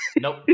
Nope